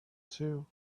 too